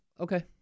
Okay